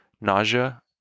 nausea